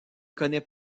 connait